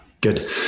Good